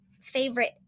favorite